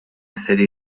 city